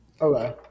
Okay